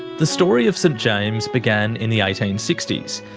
the story of st james began in the eighteen sixty s.